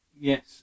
Yes